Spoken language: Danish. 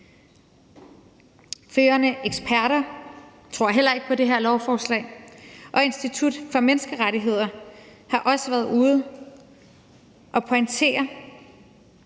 her lovforslag, og Institut for Menneskerettigheder har også været ude at pointere,